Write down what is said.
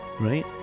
right